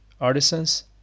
artisans